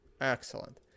Excellent